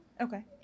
Okay